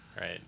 right